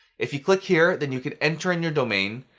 if you click here, then you can enter in your domain.